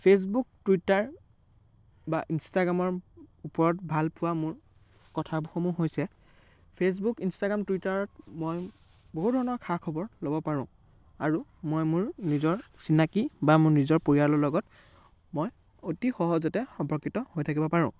Facebook Twitter বা ইনষ্টাগ্ৰামৰ ওপৰত ভাল পোৱা মোৰ কথাসমূহ হৈছে ফেচবুক ইনষ্টাগ্ৰাম টুইটাৰত মই বহু ধৰণৰ খা খবৰ ল'ব পাৰোঁ আৰু মই মোৰ নিজৰ চিনাকি বা মোৰ নিজৰ পৰিয়ালৰ লগত মই অতি সহজতে সম্পৰ্কিত হৈ থাকিব পাৰোঁ